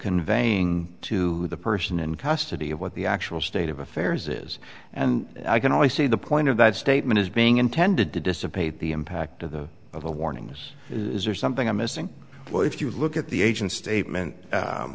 conveying to the person in custody of what the actual state of affairs is and i can only see the point of that statement is being intended to dissipate the impact of the of the warnings is there something i'm missing well if you look at the agent statement